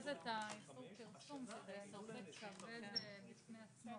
שנה את המענק החד שנתי בחודש אוגוסט.